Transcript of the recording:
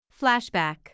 Flashback